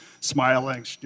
smiling